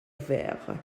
verre